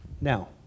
now